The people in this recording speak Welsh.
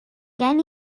gen